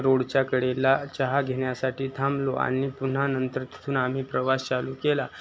रोडच्या कडेला चहा घेण्यासाठी थांबलो आणि पुन्हा नंतर तिथून आम्ही प्रवास चालू केला